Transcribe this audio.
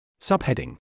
Subheading